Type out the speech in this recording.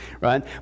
right